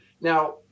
Now